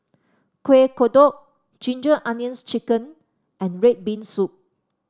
Kueh Kodok Ginger Onions chicken and red bean soup